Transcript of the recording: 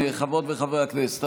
חברות וחברי הכנסת,